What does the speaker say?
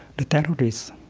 the terrorists,